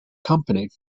company